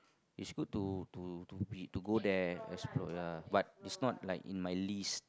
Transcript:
it's good to to to be to go there explore ya but it's not like in my list